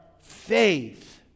faith